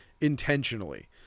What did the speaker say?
Intentionally